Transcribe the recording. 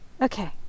okay